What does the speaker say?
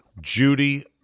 Judy